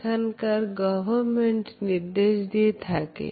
সেখানকার গভর্নমেন্ট নির্দেশ দিয়ে থাকে